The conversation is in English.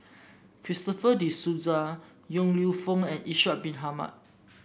Christopher De Souza Yong Lew Foong and Ishak Bin Ahmad